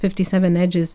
fifti seven edžes